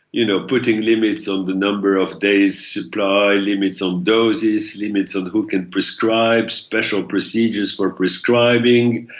you know, putting limits on the number of days' supply, limits on doses, limits on who can prescribe, special procedures for prescribing,